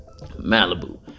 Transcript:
Malibu